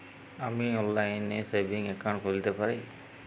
আমি কি অনলাইন এ সেভিংস অ্যাকাউন্ট খুলতে পারি?